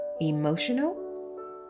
emotional